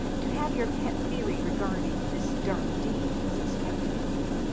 to have your pet theory regarding this dark deed was expected of you,